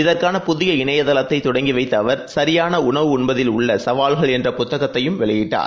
இதற்கான புதிய இணையதளத்தைதொடங்கிவைத்தஅவர் சுரியானஉணவு உண்பதில் உள்ளசவால்கள் என்று புத்தகத்தையும் அவர் வெளியிட்டார்